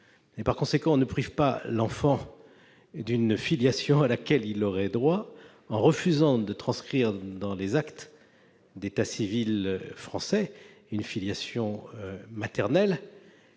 Par conséquent, on ne prive pas l'enfant d'une filiation à laquelle il aurait droit en refusant de transcrire dans les actes d'état civil français une filiation maternelle